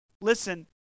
Listen